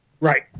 Right